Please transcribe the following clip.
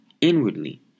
inwardly